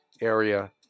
area